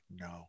No